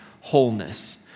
wholeness